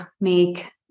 make